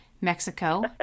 Mexico